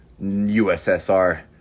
USSR